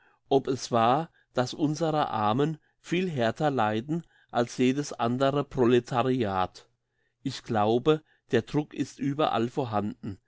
ob es wahr dass unsere armen viel härter leiden als jedes andere proletariat ich glaube der druck ist überall vorhanden